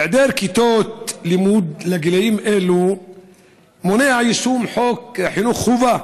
היעדר כיתות לימוד לגילים אלו מונע את יישום חוק חינוך חובה